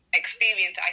experience